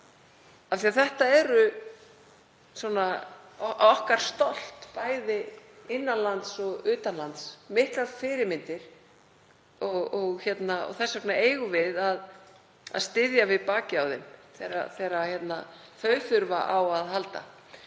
Þetta er okkar stolt, bæði innan lands og utan lands, miklar fyrirmyndir, og þess vegna eigum við að styðja við bakið á þeim þegar þau þurfa á að halda.